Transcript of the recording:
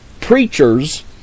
preachers